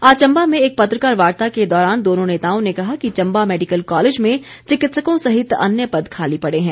आज चम्बा में एक पत्रकार वार्ता के दौरान दोनों नेताओं ने कहा कि चम्बा मैडिकल कॉलेज में चिकित्सकों सहित अन्य पद खाली पड़े हैं